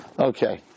Okay